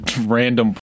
random